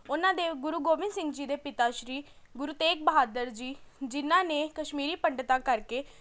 ਉਹਨਾਂ ਦੇ ਗੁਰੂ ਗੋਬਿੰਦ ਸਿੰਘ ਜੀ ਦੇ ਪਿਤਾ ਸ਼੍ਰੀ ਗੁਰੂ ਤੇਗ ਬਹਾਦਰ ਜੀ ਜਿਹਨਾਂ ਨੇ ਕਸ਼ਮੀਰੀ ਪੰਡਤਾਂ ਕਰਕੇ